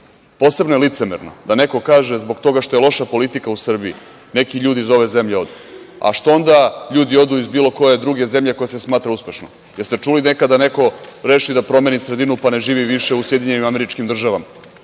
posebno je licemerno da neko kaže – zbog toga što je loša politika u Srbiji neki ljudi iz ove zemlje odu. A što onda ljudi odu iz bilo koje druge zemlje koja se smatra uspešnom? Da li ste čuli nekada da je neko rešio da promeni sredinu, pa ne živi više u SAD,